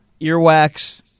earwax